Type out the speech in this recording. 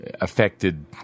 affected